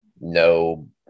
no